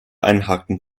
einhaken